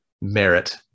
merit